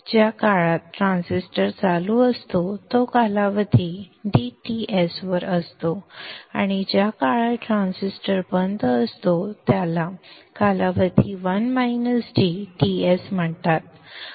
ज्या काळात ट्रान्झिस्टर चालू असतो तो कालावधी dTs वर असतो आणि ज्या काळात ट्रान्झिस्टर बंद असतो त्याला कालावधी Ts म्हणतात